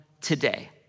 today